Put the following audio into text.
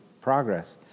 progress